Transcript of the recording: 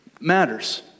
matters